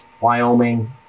Wyoming